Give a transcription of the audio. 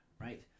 right